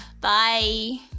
bye